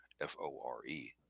f-o-r-e